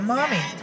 Mommy